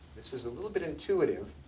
this is a little bit intuitive.